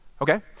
okay